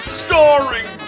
starring